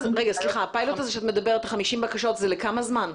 הפיילוט הזה של 50 בקשות הוא לכמה זמן?